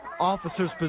Officers